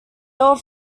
were